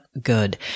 good